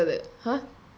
!huh!